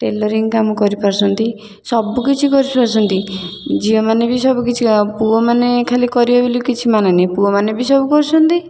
tailoring କାମ କରି ପାରୁଛନ୍ତି ସବୁକିଛି କରି ପାରୁଛନ୍ତି ଝିଅମାନେ ବି ସବୁକିଛି ଆଉ ପୁଅମାନେ ଖାଲି କରିବେ ବୋଲି କିଛି ମାନେନାହିଁ ପୁଅମାନେ ବି ସବୁ କରୁଛନ୍ତି